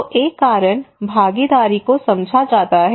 तो एक कारण भागीदारी को समझा जाता है